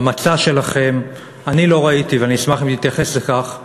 במצע שלכם אני לא ראיתי, ואני אשמח אם תתייחס לכך,